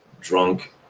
drunk